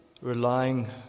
relying